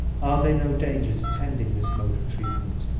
are there no dangers attending this mode of treatment?